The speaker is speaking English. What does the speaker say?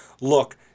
Look